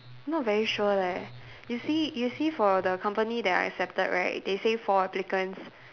not very sure leh you see you see for the company that I accepted right they say four applicants